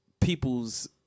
people's